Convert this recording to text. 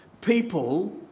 people